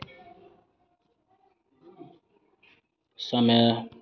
समय